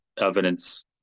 evidence